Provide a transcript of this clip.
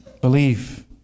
believe